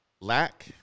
Lack